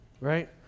right